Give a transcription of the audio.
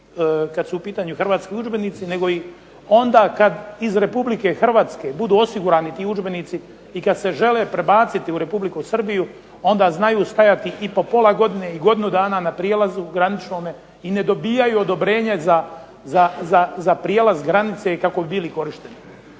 kada su u pitanju Hrvatski udžbenici nego im onda kada iz Republike Hrvatske budu osigurani ti udžbenici i kada se žele prebaciti u Republiku Srbiju onda znaju stajati i po pola godine i godinu dana na prijelazu graničnome i ne dobijaju odobrenje za prijelaz granice kako bi bili korišteni.